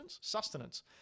sustenance